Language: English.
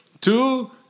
two